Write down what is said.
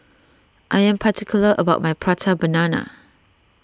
I am particular about my Prata Banana